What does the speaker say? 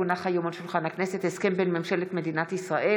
כי הונח היום על שולחן הכנסת הסכם בין ממשלת מדינת ישראל